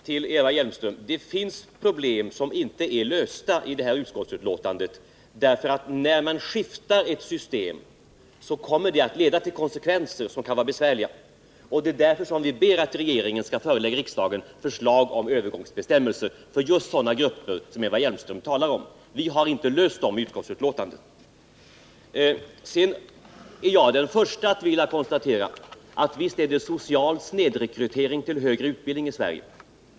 Herr talman! Det finns problem som inte är lösta i utskottsbetänkandet. När man skiftar system leder det till konsekvenser som kan vara besvärliga, och det är därför vi ber att regeringen skall förelägga riksdagen förslag om övergångsbestämmelser för just sådana grupper som Eva Hjelmström talar om. Sedan är jag den förste att vilja konstatera att visst är det social snedrekrytering till högre utbildning i Sverige.